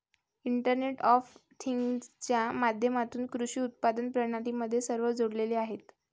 internet of थिंग्जच्या माध्यमातून कृषी उत्पादन प्रणाली मध्ये सर्व जोडलेले आहेत